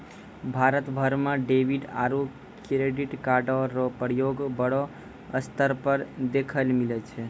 भारत भर म डेबिट आरू क्रेडिट कार्डो र प्रयोग बड़ो स्तर पर देखय ल मिलै छै